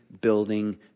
building